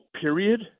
period